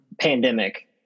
pandemic